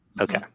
Okay